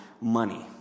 money